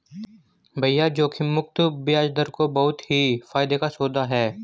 भैया जोखिम मुक्त बयाज दर तो बहुत ही फायदे का सौदा है